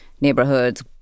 neighborhoods